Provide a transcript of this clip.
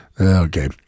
Okay